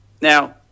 Now